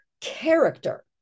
character